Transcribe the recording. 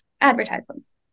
advertisements